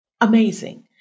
amazing